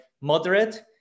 moderate